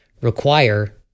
require